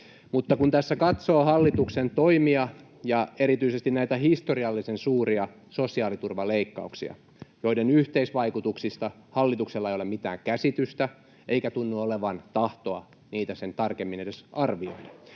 Mutta kun tässä katsoo hallituksen toimia ja erityisesti näitä historiallisen suuria sosiaaliturvaleikkauksia, joiden yhteisvaikutuksista hallituksella ei ole mitään käsitystä eikä tunnu olevan tahtoa niitä sen tarkemmin edes arvioida,